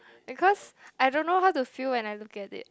because I don't know how to feel when I look at it